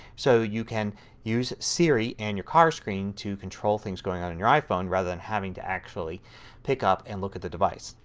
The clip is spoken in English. so you can use siri and your car screen to control things going on in your iphone rather than having to actually pick up and look at the device.